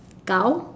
cow